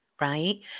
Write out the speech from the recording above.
right